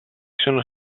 sono